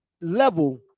level